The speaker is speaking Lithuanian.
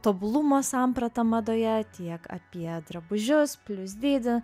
tobulumo sampratą madoje tiek apie drabužius plius dydį